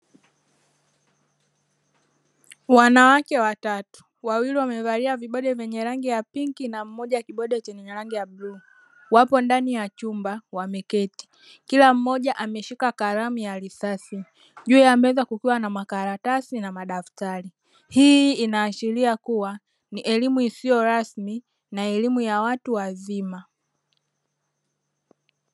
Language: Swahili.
Wanawake watatu wawili wamevalia vibode vyenye rangi ya pinki na mmoja kibode chenye rangi ya blu,e wapo ndani ya chumba wameketi, kila mmoja ameshika kalamu ya risasi juu ya meza kukiwa na makaratasi na madaftari hii inaashiria kuwa ni elimu isiyo rasmi na elimu ya watu wazima.